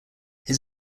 his